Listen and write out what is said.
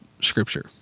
scripture